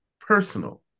personal